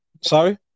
Sorry